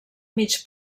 mig